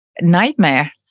nightmare